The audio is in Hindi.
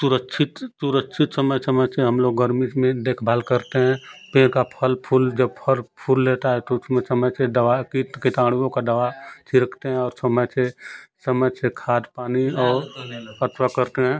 सुरक्षित सुरक्षित समय समय से हम लोग गर्मी में देखभाल करते हैं पेड़ का फल फूल जब फर फूल लेता है तो उसमें समय से दवा कीट किटाणुओं का दवा छिड़कते हैं और समय से समय से खाद पानी और अथवा करते हैं